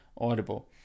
audible